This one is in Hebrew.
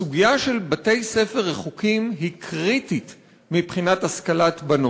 הסוגיה של בתי-ספר רחוקים היא קריטית מבחינת השכלת בנות.